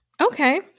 Okay